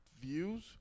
views